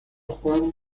juan